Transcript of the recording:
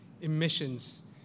emissions